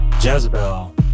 Jezebel